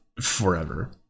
forever